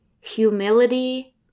humility